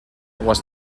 was